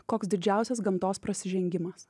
koks didžiausias gamtos prasižengimas